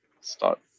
start